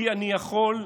כי אני יכול,